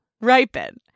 ripen